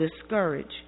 discouraged